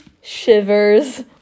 Shivers